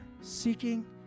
seeking